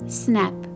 snap